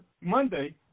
Monday